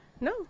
No